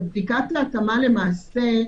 בדיקת ההתאמה למעשה,